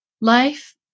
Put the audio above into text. life